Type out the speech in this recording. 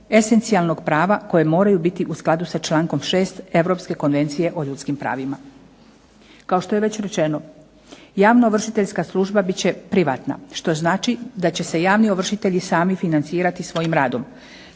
esencijalnog prava koje moraju biti u skladu sa čl. 6. Europske konvencije o ljudskim pravima. Kao što je već rečeno javno ovršiteljska služba bit će privatna što znači da će se javni ovršitelji sami financirati svojim radom.